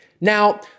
Now